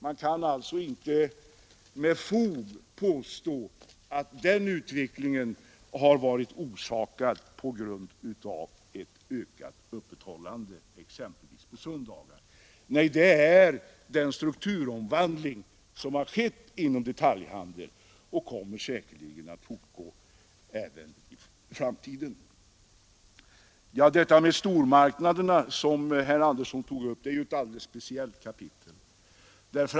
Man kan alltså inte med fog påstå att den utvecklingen har varit orsakad av ett ökat öppethållande exempelvis på söndagar. Nej, det är en strukturomvandling som skett inom detaljhandeln och den kommer säkerligen att fortgå även i framtiden. Detta med stormarknaderna som herr Andersson i Örebro tog upp är ett alldeles speciellt kapitel.